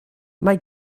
mae